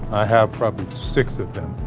i have probably six of them.